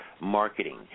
marketing